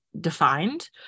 defined